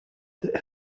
that